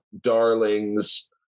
darlings